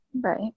Right